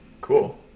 Cool